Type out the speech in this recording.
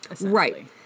Right